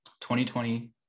2020